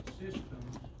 systems